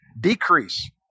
decrease